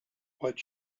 what